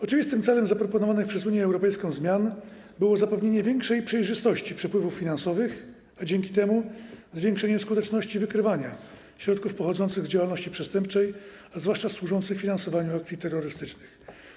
Oczywistym celem zaproponowanych przez Unię Europejską zmian było zapewnienie większej przejrzystości przepływów finansowych, a dzięki temu zwiększenie skuteczności wykrywania środków pochodzących z działalności przestępczej, zwłaszcza środków służących finansowaniu akcji terrorystycznych.